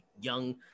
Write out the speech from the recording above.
young